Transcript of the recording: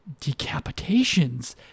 decapitations